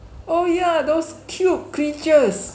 oh yeah those cute creatures